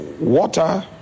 water